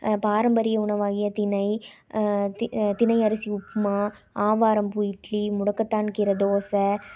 பாரம்பரிய உணவாகிய திணை திணையரிசி உப்புமா ஆவாரம்பூ இட்லி முடக்கத்தான் கீரை தோசை